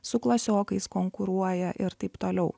su klasiokais konkuruoja ir taip toliau